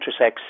intersex